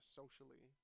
socially